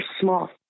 small